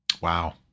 Wow